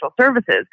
services